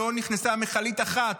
לא נכנסה מכלית אחת